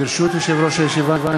ברשות יושב-ראש הישיבה,